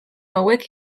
hauek